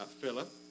Philip